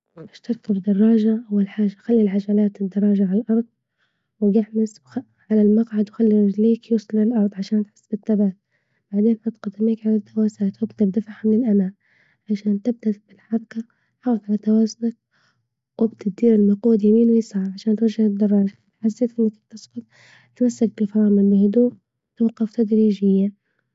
باش تركب دراجة أول حاجة خلي العجلات الدراجة على الأرض وجعمز وخ على المقعد وخلي رجليك يوصلوا للأرض عشان تحس بالثبات، بعدين حط قدميك على الدواسات وابدأ بدفعها من الأمام عشان تبدأ بالحركة حافظ على توازنك وابدأ دير المقود يمين ويسار عشان توجه الدراجة، إذا حسيت إنك تسقط تمسك بالفرامل بهدوء وتتوقف تدريجيا.